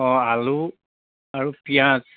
অঁ আলু আৰু পিঁয়াজ